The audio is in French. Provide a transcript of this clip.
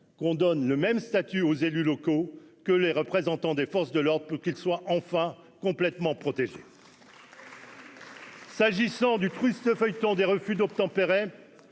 donne le même statut aux élus locaux que les représentants des forces de l'ordre qu'il soit enfin complètement. S'agissant du Christ feuilleton des refus d'obtempérer,